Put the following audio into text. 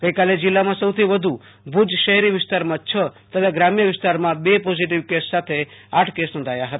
ગઈકાલે જિલ્લામાં સૌથી વધુ ભુજ શહેરી વિસ્તારમાં છ તથા ગ્રામ્ય વિસ્તારમાં બે પોઝિટિવ કેસ સાથે આઠ કેસ નોંધાયા હતા